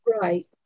Right